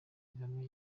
kagame